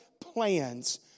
plans